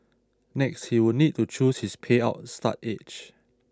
next he would need to choose his payout start age